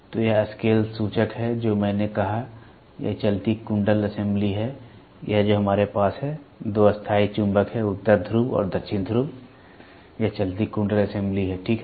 तो यह स्केल सूचक है जो मैंने कहा यह चलती कुंडल असेंबली है यह है जो हमारे पास है दो स्थायी चुम्बक हैं उत्तर ध्रुव और दक्षिण ध्रुव यह चलती कुंडल असेंबली है ठीक है